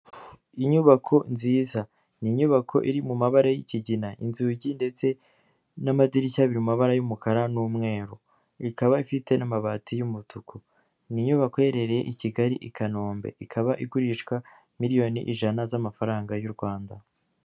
Inyubako nziza, ni inyubako iri mu mabara y'ikigina, inzugi ndetse n'amadirishya biri mu mabara y'umukara n'umweru, ikaba ifite n'amabati y'umutuku, ni inyubako iherereye i Kigali i Kanombe, ikaba igurishwa miliyoni ijana z'amafaranga y'u Rwanda.